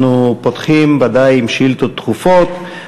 אנחנו פותחים, בוודאי, עם שאילתות דחופות.